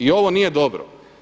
I ovo nije dobro.